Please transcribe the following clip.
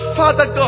father